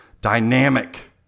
dynamic